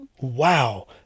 wow